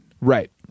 Right